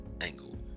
Angle